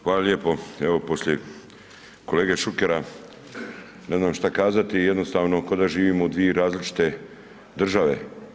Hvala lijepo, evo poslije kolege Šukera ne znam šta kazati, jednostavno ko da živimo u dvije različite države.